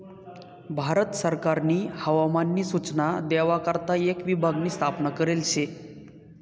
भारत सरकारनी हवामान नी सूचना देवा करता एक विभाग नी स्थापना करेल शे